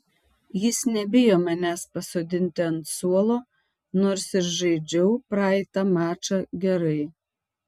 jis nebijo manęs pasodinti ant suolo nors ir žaidžiau praeitą mačą gerai